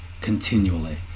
continually